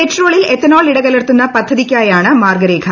പെട്രോളിൽ ethanol ഇടകലർത്തുന്ന പദ്ധതിക്കായ്ക്കാണ് മാർഗരേഖ